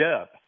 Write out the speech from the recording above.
up